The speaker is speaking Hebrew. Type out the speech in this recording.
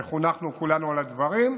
וחונכנו כולנו על הדברים.